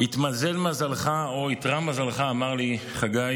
התמזל מזלך, או איתרע מזלך, אמר לי חגי,